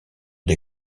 des